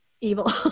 evil